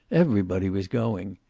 everybody was going.